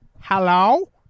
Hello